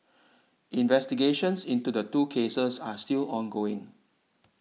investigations into the two cases are still ongoing